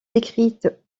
décrite